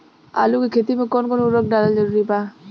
आलू के खेती मे कौन कौन उर्वरक डालल जरूरी बा?